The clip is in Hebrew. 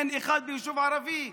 אין אחד ביישוב ערבי.